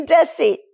Desi